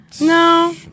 No